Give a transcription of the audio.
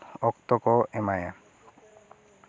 ᱚᱠᱛᱚ ᱠᱚ ᱮᱢᱟᱭᱟ